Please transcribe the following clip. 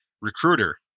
recruiter